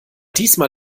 diesmal